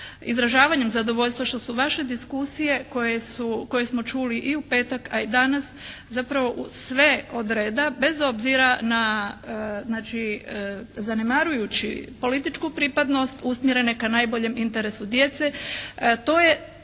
izražavanjem zadovoljstva što su vaše diskusije koje smo čuli i u petak a i danas, zapravo sve od reda, bez obzira na, znači zanemarujući političku pripadnost, usmjerene kao najboljem interesu djece.